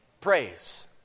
praise